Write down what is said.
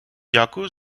дякую